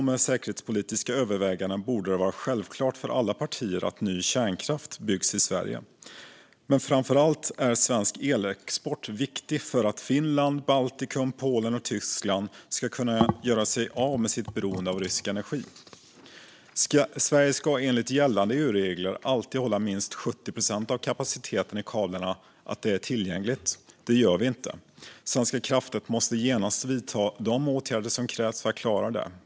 Med säkerhetspolitiska överväganden borde det därför vara självklart för alla partier att ny kärnkraft ska byggas i Sverige. Men framför allt är svensk elexport viktig för att Finland, Baltikum, Polen och Tyskland ska kunna göra sig av med sitt beroende av rysk energi. Sverige ska enligt gällande EU-regler alltid hålla minst 70 procent av kapaciteten i kablarna tillgänglig. Det gör vi inte. Svenska kraftnät måste genast vidta de åtgärder som krävs för att klara det.